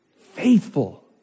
faithful